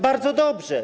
Bardzo dobrze.